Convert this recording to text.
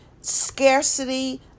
scarcity